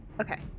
Okay